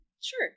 Sure